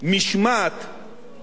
תקציבית וכלכלית,